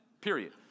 Period